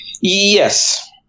Yes